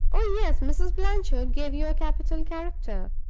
oh, yes! mrs. blanchard gave you a capital character.